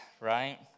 right